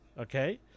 Okay